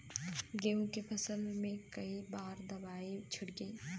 गेहूँ के फसल मे कई बार दवाई छिड़की?